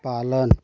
पालन